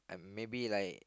maybe like